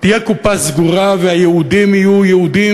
תהיה קופה סגורה והייעודים יהיו ייעודים